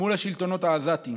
מול השלטונות העזתים.